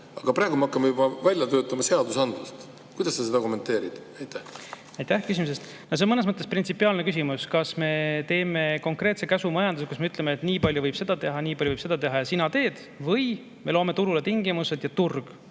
Aga praegu me hakkame juba välja töötama seadusandlust. Kuidas sa seda kommenteerid? Aitäh küsimuse eest! See on mõnes mõttes printsipiaalne küsimus: kas me teeme konkreetse käsumajanduse, kus me ütleme, et nii palju võib ühte teha, nii palju võib teist teha ja sina teed, või me loome turule tingimused ja turg